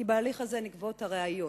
כי בהליך הזה נגבות הראיות,